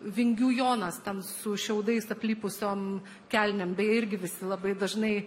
vingių jonas ten su šiaudais aplipusiom kelnėm beje irgi visi labai dažnai